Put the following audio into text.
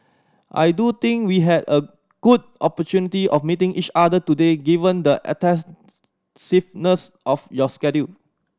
I do think we had a good opportunity of meeting each other today given the of your schedule